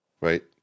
right